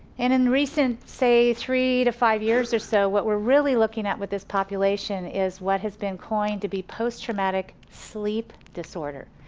and in recent, say three to five years or so, what we're really looking at with this population is what has been coined to be post traumatic sleep disorder.